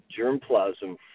germplasm